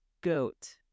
goat